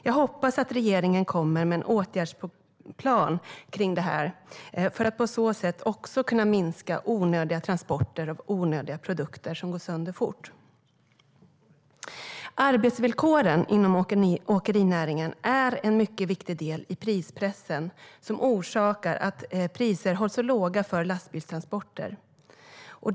Jag hoppas att regeringen kommer med en åtgärdsplan kring det här för att på så sätt kunna minska onödiga transporter av onödiga produkter som går sönder fort. Arbetsvillkoren inom åkerinäringen är en mycket viktig del i den prispress som orsakar att priserna för lastbilstransporter hålls så låga.